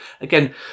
again